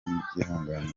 kubyihanganira